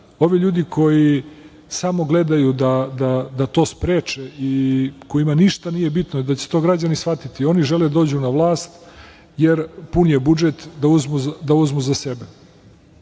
ovi ljudi koji samo gledaju da to spreče, kojima ništa nije bitno i da će građani to shvatiti, oni žele dođu na vlast, jer pun je budžet da uzmu za sebe.